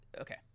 Okay